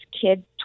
kids